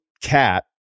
cat